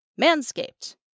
Manscaped